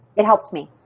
it helped me.